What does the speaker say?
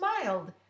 smiled